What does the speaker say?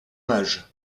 âge